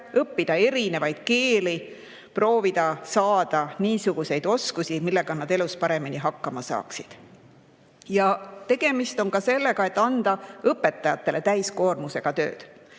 õppida erinevaid keeli, proovida saada niisuguseid oskusi, millega nad elus paremini hakkama saaksid. Tegemist on ka sellega, et tuleb anda õpetajatele täiskoormusega tööd.